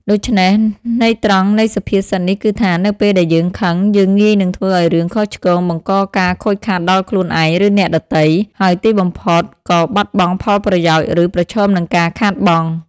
ដូច្នេះ ន័យត្រង់នៃសុភាសិតនេះគឺថា នៅពេលដែលយើងខឹង យើងងាយនឹងធ្វើរឿងខុសឆ្គង បង្កការខូចខាតដល់ខ្លួនឯង ឬអ្នកដទៃ ហើយទីបំផុតក៏បាត់បង់ផលប្រយោជន៍ ឬប្រឈមនឹងការខាតបង់។